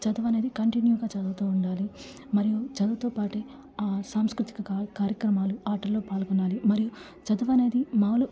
చదవు అనేది కంటిన్యూగా చదువుతు ఉండాలి మరియు చదువుతో పాటి ఆ సాంస్కృతి కా కార్యక్రమాలు ఆటలో పాల్గొనాలి మరియు చదువు అనేది మాములు